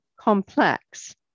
complex